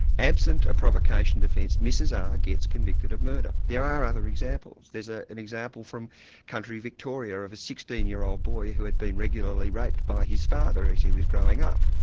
absenta provocation defence, mrs r gets convicted of murder. there are other examples. there's ah an example from country victoria, of a sixteen year old boy who had been regularly raped by his father as he was growing up.